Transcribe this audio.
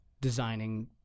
designing